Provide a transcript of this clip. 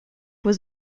was